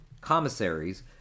commissaries